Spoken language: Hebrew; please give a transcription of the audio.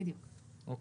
אוקי.